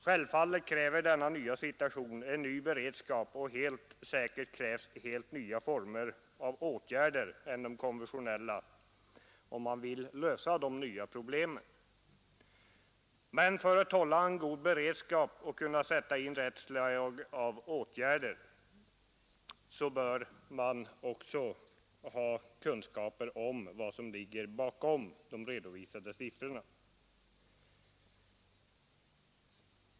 Självfallet kräver denna nya situation sin beredskap och helt nya former av åtgärder än de konventionella, om man vill lösa de nya problemen, Men för att kunna hålla en god beredskap och för att kunna sätta in rätt slag av åtgärder bör man också ha kunskaper om vad som ligger bakom de redovisade siffrorna.